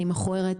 אני מכוערת,